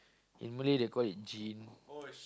in Malay they call it jin